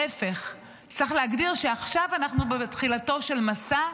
להפך, צריך להגדיר שעכשיו אנחנו בתחילתו של מסע,